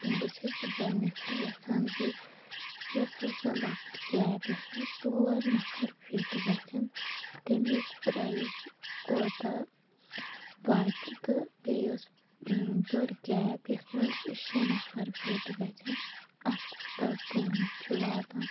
بہٕ چھیٚس یہِ گۄڈٕنیٚتھٕے یَژھان زِ تِژھ ہسا لۄکٕٹۍ کیب یَتھ منٛز ژور نفر فِٹ گَژھیٚن تٔمیٛک پرٛایس کوٗتاہ واتہِ تہٕ بیٚیہِ یۄس بٔڑ کیب یَتھ منٛز شےٚ نَفر فِٹ گَژھیٚن اَتھ کوٗتاہ قۭمَت چھُ واتان